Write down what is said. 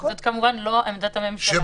זאת כמובן לא עמדת הממשלה.